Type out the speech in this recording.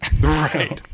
Right